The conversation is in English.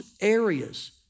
areas